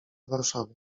warszawy